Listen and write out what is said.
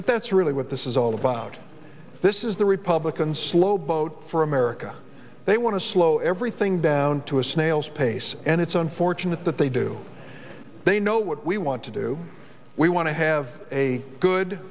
but that's really what this is all about this is the republicans slow boat for america they want to slow everything down to a snail's pace and it's unfortunate that they do they know what we want to do we want to have a good